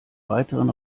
weiteren